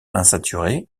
insaturés